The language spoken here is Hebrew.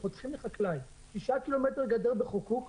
כשחותכים לחקלאי שישה קילומטר גדר בחוקוק,